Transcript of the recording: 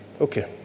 okay